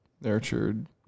nurtured